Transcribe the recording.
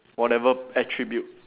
whatever attribute